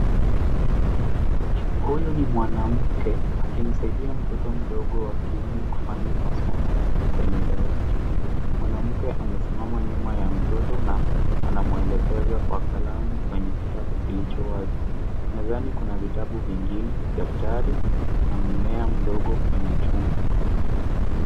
Huyu ni mwanamke akimsaidia mtoto mdogo wa kiume kufanya masomo yake kwenye dawati. Mwanamke amesimama nyuma ya mtoto na anamuelekeza kwa kalamu kwenye kitabu kilicho wazi. Mezani kuna kitabu kingine, daftari, na mmea mdogo kwenye chungu.